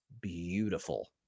beautiful